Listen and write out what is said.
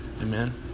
Amen